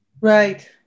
Right